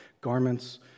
garments